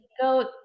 go